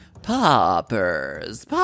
Poppers